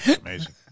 amazing